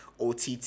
ott